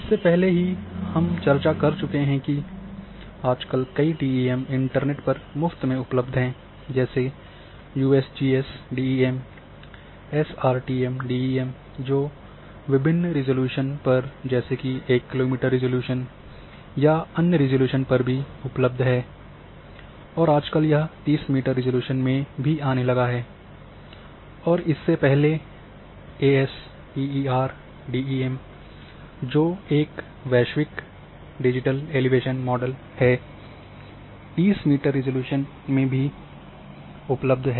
हम पहले ही चर्चा कर चुके हैं कि आजकल कई डीईएम इंटरनेट पर मुफ़्त में उपलब्ध हैं जैसे यूएसजीएस डीईएम एसआरटीएम डीईएम जो विभिन्न रिज़ॉल्यूशन पर जैसेकि एक किलोमीटर रिज़ॉल्यूशन या अन्य रिज़ॉल्यूशन पर भी उपलब्ध है और आजकल यह 30 मीटर रिज़ॉल्यूशन में आने लगा है और इसके पहले एएसटीईआर जीडीईएम जो एक वैश्विक digital elevation model 30 metre resolution में उपलब्ध है